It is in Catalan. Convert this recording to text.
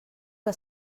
que